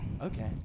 Okay